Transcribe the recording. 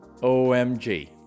OMG